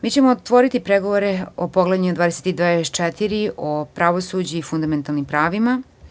Mi ćemo otvoriti pregovore o poglavljima 23. i 24. o pravosuđu i fundamentalnim pravima.